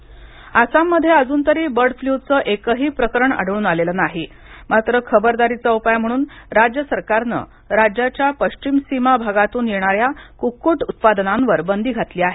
bird flu आसाममध्ये अजूनतरी bird फ्ल्यूचं एकही प्रकरण आढळून आलेलं नाही मात्र खबरदारीचा उपाय म्हणून राज्य सरकारने राज्याच्या पश्चिम सीमावर्ती भागातून येणाऱ्या कुक्कुट उत्पादनांवर बंदी घातली आहे